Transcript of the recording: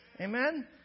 Amen